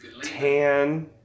Tan